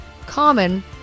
common